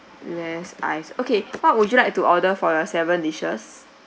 less ice okay what would you like to order for your seven dishes